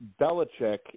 Belichick